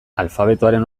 alfabetoaren